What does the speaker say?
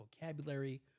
vocabulary